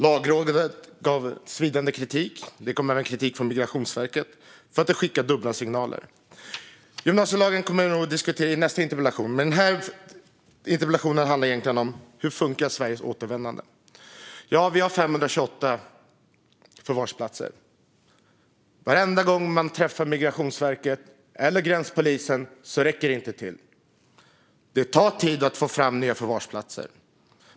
Lagrådet gav svidande kritik, och det kom även kritik från Migrationsverket eftersom lagen skickade dubbla signaler. Gymnasielagen kommer vi att diskutera mer i nästa interpellationsdebatt. Denna interpellation handlar om hur Sveriges återvändande funkar. Ja, vi har 528 förvarsplatser, men varenda gång jag träffar Migrationsverket eller gränspolisen säger de att platserna inte räcker till. Det tar tid att få fram nya förvarsplatser.